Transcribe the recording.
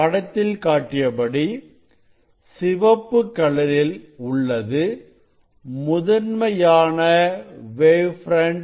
படத்தில் காட்டியபடி சிவப்புக் கலரில் உள்ளது முதன்மையான வேவ் ஃப்ரண்ட்